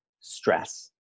stress